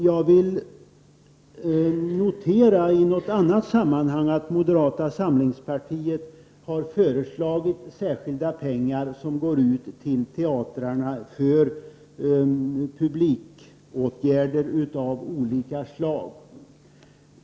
Jag vill notera att moderata samlingspartiet i något annat sammanhang har föreslagit att särskilda pengar skall utgå till teatrarna för publikåtgärder av olika slag.